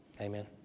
amen